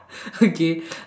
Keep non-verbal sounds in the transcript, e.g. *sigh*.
*laughs* okay